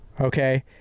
Okay